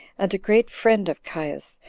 and a great friend of caius,